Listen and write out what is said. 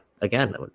again